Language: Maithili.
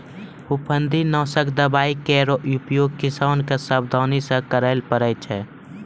फफूंदी नासक दवाई केरो उपयोग किसान क सावधानी सँ करै ल पड़ै छै